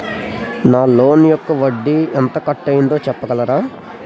నా లోన్ యెక్క వడ్డీ ఎంత కట్ అయిందో చెప్పగలరా?